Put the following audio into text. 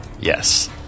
Yes